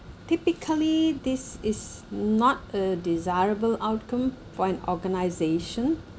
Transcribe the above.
typically this is not a desirable outcome for an organisation